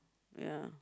yeah